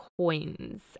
coins